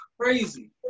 crazy